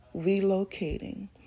relocating